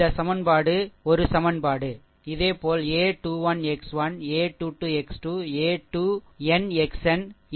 இந்த சமன்பாடு 1 ஒரு சமன்பாடு இதேபோல் a21 x 1 a2 2 x 2 a 2 n xn இது b2 ஆகும்